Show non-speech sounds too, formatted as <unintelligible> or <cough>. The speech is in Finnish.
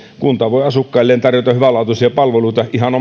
kunta voi asukkailleen tarjota hyvälaatuisia palveluita ihan <unintelligible>